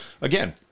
again